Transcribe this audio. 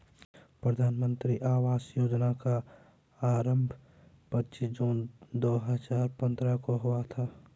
प्रधानमन्त्री आवास योजना का आरम्भ पच्चीस जून दो हजार पन्द्रह को हुआ था